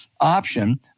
option